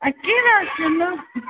اَدٕ کینٛہہ نہ حظ چھُ نہٕ